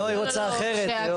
לא, היא רוצה אחרת.